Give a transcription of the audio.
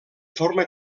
forma